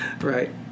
Right